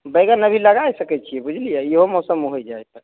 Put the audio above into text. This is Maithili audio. बैगन अभी लगा सकै छियै बुझलियै इहो मौसममे होइ जायत